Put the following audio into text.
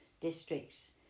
District's